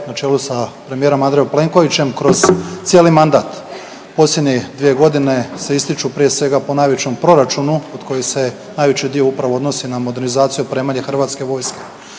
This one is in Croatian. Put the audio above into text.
na čelu sa premijerom Andrejom Plenkovićem kroz cijeli mandat. Posljednje dvije godine se ističu prije svega po najvećem proračunu od kojih se najveći dio upravo odnosi na modernizaciju, opremanje Hrvatske vojske.